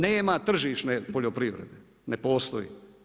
Nema tržišne poljoprivrede, ne postoji.